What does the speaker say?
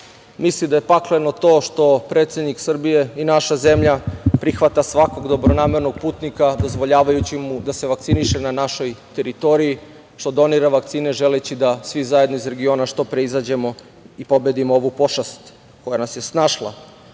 misli da je pakleno to što predsednik Srbije i naša zemlja, prihvata svakog dobronamernog putnika dozvoljavajući mu da se vakciniše na našoj teritoriji, što donira vakcine, želeći da svi zajedno iz regiona što pre izađemo i pobedimo ovu pošast koja nas je snašla,